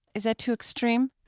is that too extreme?